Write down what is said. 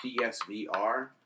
PSVR